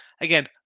Again